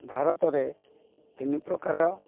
ଭାରତରେ ତିନି ପ୍ରକାର